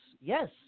yes